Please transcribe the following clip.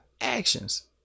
actions